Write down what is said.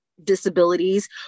disabilities